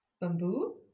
Bamboo